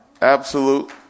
Absolute